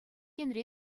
енре